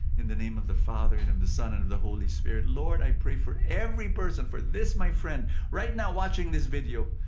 in the name of the father, and of and the son, and of the holy spirit. lord, i pray for every person, for this, my friend right now watching this video.